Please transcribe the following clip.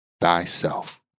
thyself